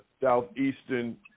southeastern